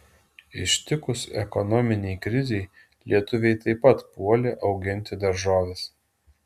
ištikus ekonominei krizei lietuviai taip pat puolė auginti daržoves